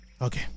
Okay